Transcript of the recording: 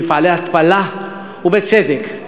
ובצדק.